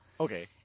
Okay